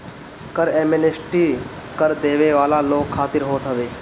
कर एमनेस्टी कर देवे वाला लोग खातिर होत हवे